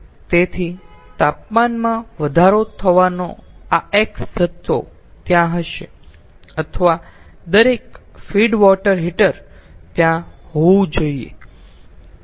તેથી તાપમાનમાં વધારો થવાનો આ X જથ્થો ત્યાં હશે અથવા દરેક ફીડ વોટર હીટર ત્યાં હોવું જોઈએ